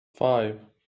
five